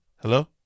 Hello